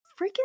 freaking